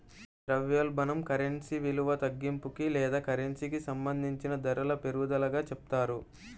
ద్రవ్యోల్బణం కరెన్సీ విలువ తగ్గింపుకి లేదా కరెన్సీకి సంబంధించిన ధరల పెరుగుదలగా చెప్తారు